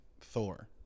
Thor